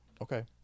Okay